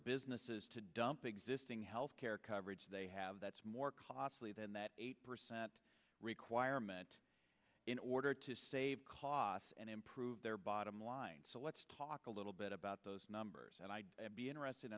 businesses to dump existing health care coverage they have that's more costly than that requirement in order to save costs and improve their bottom line so let's talk a little bit about those numbers and i'd be interested